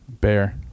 Bear